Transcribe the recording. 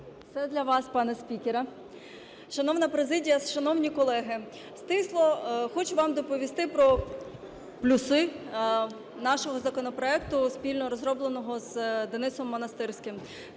Все для вас, пане спікере. Шановна президія, шановні колеги, стисло хочу вам доповісти про плюси нашого законопроекту, спільно розробленого з Денисом Монастирським.